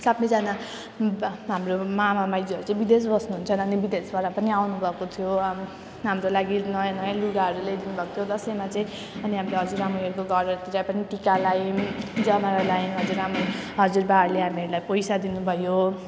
सबैजना बा हाम्रो मामा माइजूहरू चाहिँ विदेश बस्नुहुन्छ अनि विदेशबाट पनि आउनुभएको थियो अब हाम्रो लागि नयाँ नयाँ लुगाहरू ल्याइदिनु भएको दसैँमा चाहिँ अनि हाम्रो हजुरआमाहरूको घरहरूतिर पनि टिका लगायौँ जमरा लगायौँ हजुरआमै हजुरबाहरूले हामीहरूलाई पैसा दिनुभयो